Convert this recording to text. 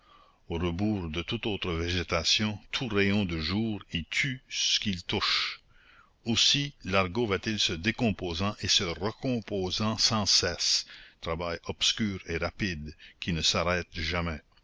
au rebours de toute autre végétation tout rayon de jour y tue ce qu'il touche aussi l'argot va-t-il se décomposant et se recomposant sans cesse travail obscur et rapide qui ne s'arrête jamais